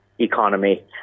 economy